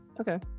Okay